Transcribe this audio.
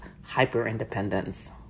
hyper-independence